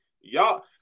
y'all